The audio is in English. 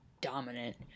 dominant